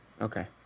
Okay